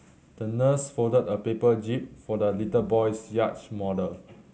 the nurse folded a paper jib for the little boy's yacht model